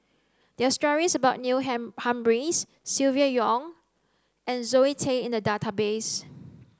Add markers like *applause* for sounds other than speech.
there are stories about Neil *unintelligible* Humphreys Silvia Yong and Zoe Tay in the database